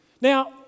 Now